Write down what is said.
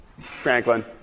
Franklin